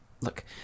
Look